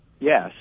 Yes